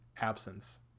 absence